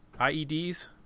IEDs